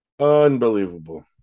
Unbelievable